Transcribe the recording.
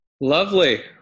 Lovely